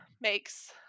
makes